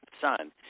son